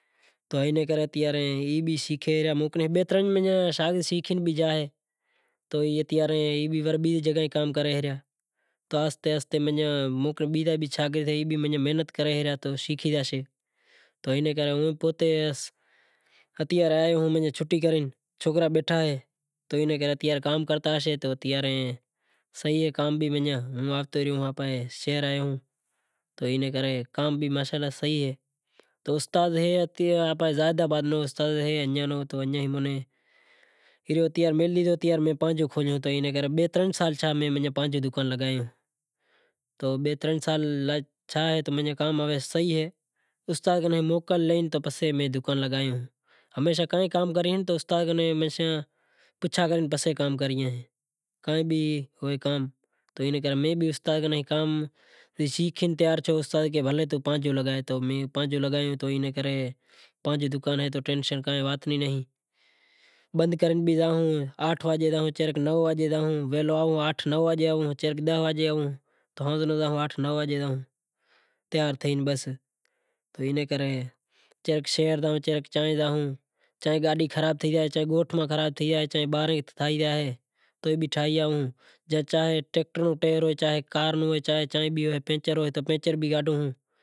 بئے ترن چار سال شیکھے پسے کام کریو تو اتا رے ای بی زگا بھی کام کرے ریا تو آہستے آہستے بیزا شاگرد بھی محنت کریں ریا تو شیکھے زاشیں تو اینی کرے اتیا رے آیو شوٹی کرے سوکرا بیٹھا اہیں تو کام کرتا زاشیں تو صحیح کام بھی ماشااللہ صحیح اے تو اتارے میں پانجو کھولیو تو بئے ترن سال چھا ہے تو کام ئے صحیح اے۔ استاد نے موکل لئی پسے میں دکان لگایو ہمیشہ کائیں کام کریئیں تو استاد کن پوسا کرے پسے کام کریئں۔ کائیں بھی کام کرو تو استاد کنیں کام شیکھے تیار تھیو تو استاد کہے بھلیں توں پانجو لگائے تو میں پانجو لگایو تو اینے کرے پانجو دکان اے تو ٹینشن کے وات ری نہیں بند کرے بھی زائوں تو آٹھ بزے زائوں نو بزے زائوں ویہلو آئوں تو آٹھ نو وجے زائوں ڈاہ وزے جائوں شہر جائوں گوٹھ جائوں، گاڈی خراب تھے جائے تو بھی ٹھائی آئوں تو کار ٹریکٹر نو ٹائر ہوئے پنچر ہوئے تو پنچر بھی ٹھائے زائوں۔